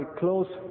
close